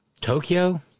Tokyo